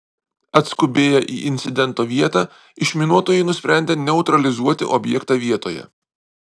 atskubėję į incidento vietą išminuotojai nusprendė neutralizuoti objektą vietoje